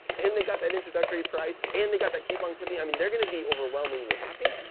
and they got that introductory price, and they got that coupon cookie. i mean, they're gonna be overwhelmingly happy.